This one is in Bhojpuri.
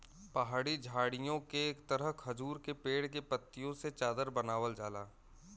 पहाड़ी झाड़ीओ के तरह खजूर के पेड़ के पत्तियों से चादर बनावल जाला